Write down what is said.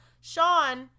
Sean